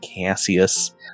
Cassius